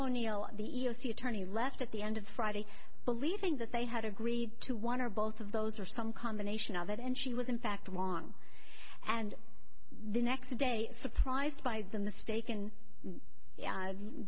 jo neil the e e o c attorney left at the end of friday believing that they had agreed to one or both of those or some combination of it and she was in fact wrong and the next day surprised by the mistaken